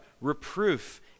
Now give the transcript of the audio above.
reproof